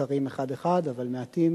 יקרים אחד-אחד אבל מעטים,